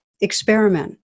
experiment